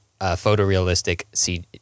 photorealistic